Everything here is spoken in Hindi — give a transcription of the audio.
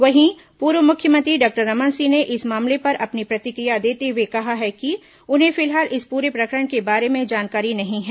वहीं पूर्व मुख्यमंत्री डॉक्टर रमन सिंह ने इस मामले पर अपनी प्रतिक्रिया देते हुए कहा कि उन्हें फिलहाल इस पूरे प्रकरण के बारे में जानकारी नहीं है